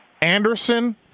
Anderson